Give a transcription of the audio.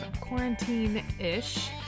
quarantine-ish